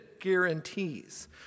guarantees